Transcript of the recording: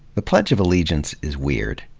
the pledge of allegiance is weird.